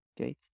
Okay